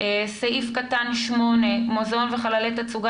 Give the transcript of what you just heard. סעיף קטן (8) מוזיאון וחללי תצוגה,